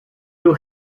will